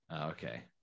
okay